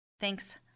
Thanks